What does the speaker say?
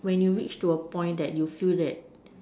when you reach to a point that you feel that